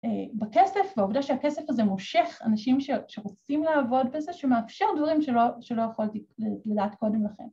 ‫בכסף, והעובדה שהכסף הזה מושך ‫אנשים שרוצים לעבוד בזה, ‫שמאפשר דברים שלא יכולתי ‫לדעת קודם לכם.